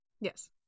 Yes